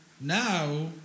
Now